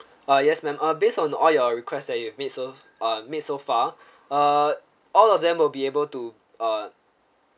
uh yes ma'am uh based on all your request that you've made so um made so far uh all of them will be able to uh